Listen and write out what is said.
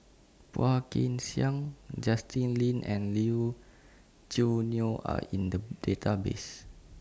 Phua Kin Siang Justin Lean and Lee Wu Choo Neo Are in The Database